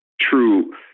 true